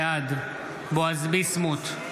בעד בועז ביסמוט,